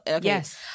yes